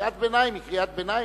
קריאת ביניים היא קריאת ביניים.